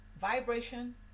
vibration